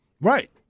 Right